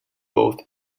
both